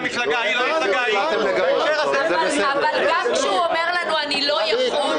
גם כשהוא אומר שהוא לא יכול,